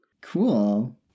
Cool